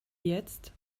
jetzt